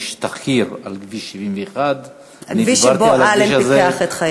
יש תחקיר על כביש 71. הכביש שבו אלן קיפח את חייו.